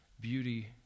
beauty